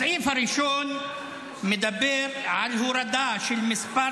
הסעיף הראשון מדבר על הורדה של מספר